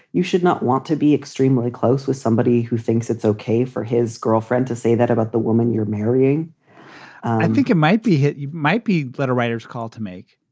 you should not want to be extremely close with somebody who thinks it's okay for his girlfriend to say that about the woman you're marrying i think it might be hit. you might be let a writers call to make.